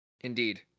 Indeed